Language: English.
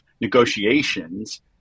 negotiations